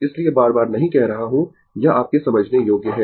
इसलिए बार बार नहीं कह रहा हूं यह आपके समझने योग्य है